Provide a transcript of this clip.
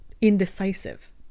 indecisive